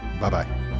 Bye-bye